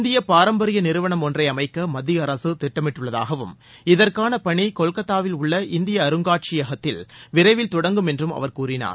இந்திய பாரம்பரிய நிறுவனம் ஒன்றை அமைக்க மத்திய அரசு திட்டமிட்டுள்ளதாகவும் இதற்கான பணி கொல்கத்தாவில் உள்ள இந்திய அருங்காட்சியகத்தில் விரைவில் தொடங்கும் என்றும் அவர் கூறினார்